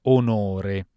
onore